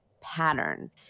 pattern